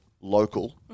local